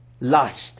lust